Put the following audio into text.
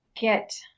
get